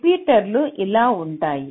రిపీటర్లు ఇలా ఉంటాయి